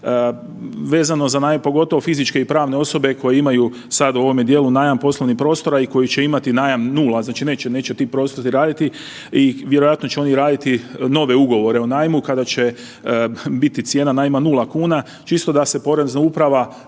vezano za, pogotovo fizičke i pravne osobe koje imaju sad u ovome dijelu najam poslovnih prostora i koji će imati najam 0, znači neće ti prostori raditi i vjerojatno će oni raditi nove ugovore o najmu kada će biti cijena najma 0 kuna čisto da se porezna uprava